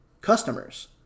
customers